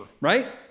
right